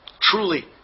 truly